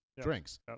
drinks